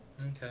Okay